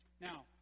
Now